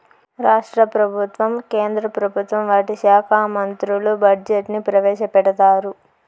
రాష్ట్ర ప్రభుత్వం కేంద్ర ప్రభుత్వం వాటి శాఖా మంత్రులు బడ్జెట్ ని ప్రవేశపెడతారు